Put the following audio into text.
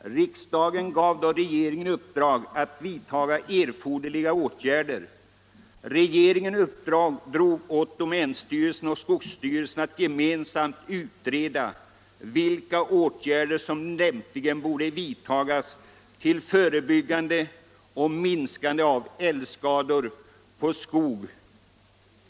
Riksdagen gav då regeringen i uppdrag att vidta erforderliga åtgärder, och regeringen uppdrog åt domänstyrelsen och skogsstyrelsen att gemensamt utreda vilka åtgärder som lämpligen borde vidtas för att förebygga och minska älgskadorna på skog.